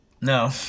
No